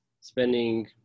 spending